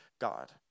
God